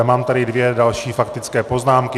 Mám tady dvě další faktické poznámky.